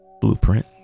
Blueprint